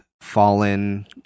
fallen